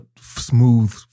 smooth